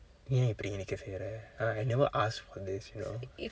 ஏன் இப்படி இன்னைக்கு செய்றா:een ippadi innaikku seyraa ah I never asked for this you know